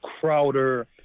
Crowder